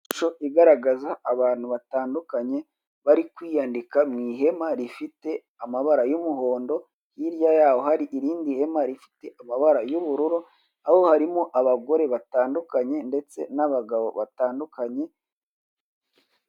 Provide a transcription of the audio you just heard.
Ishusho igaragaza abantu batandukanye bari kwiyanika mu ihema rifite amabara y'umuhondo, hirya yaho hari irindi hema rifite amabara y'ubururu, aho harimo abagore batandukanye ndetse n'abagabo batandukanye.